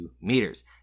meters